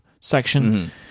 section